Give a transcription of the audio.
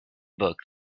book